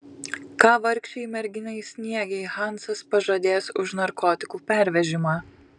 ką vargšei merginai sniegei hansas pažadės už narkotikų pervežimą